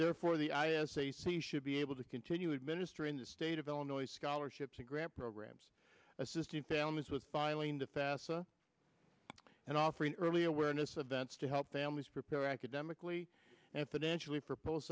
therefore the i s a c should be able to continue administering the state of illinois scholarships and grant programs assisting thalamus with filing the faster and offering early awareness of vets to help families prepare academically and financially for post